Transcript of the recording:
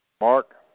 Mark